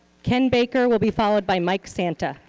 ken baker will be followed by mike santa.